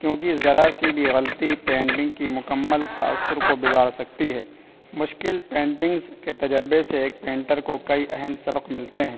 کیونکہ ذرا سی بھی غلطی پینٹنگ کی مکمل تاثر کو بگاڑ سکتی ہے مشکل پینٹنگس کے تجربے سے ایک پینٹر کو کئی اہم سبق ملتے ہیں